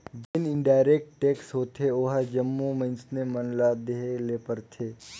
जेन indirect tax होथे ओहर जम्मो मइनसे मन ल देहे ले परथे